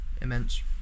immense